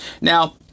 Now